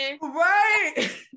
right